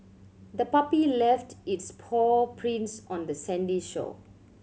the puppy left its paw prints on the sandy shore